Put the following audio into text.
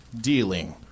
dealing